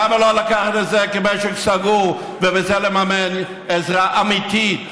למה לא לקחת את זה כמשק סגור ובזה לממן עזרה אמיתית?